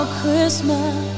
Christmas